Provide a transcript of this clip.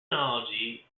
analogy